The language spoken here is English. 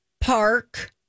park